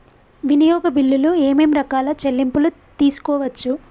వినియోగ బిల్లులు ఏమేం రకాల చెల్లింపులు తీసుకోవచ్చు?